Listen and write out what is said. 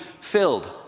filled